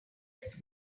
this